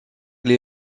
les